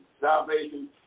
salvation